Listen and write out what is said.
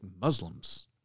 Muslims